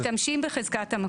משתמשים בחזקת המקום.